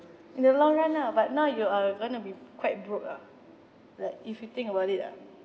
in the long run lah but now you are gonna be quite broke ah like if you think about it lah